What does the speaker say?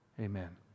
amen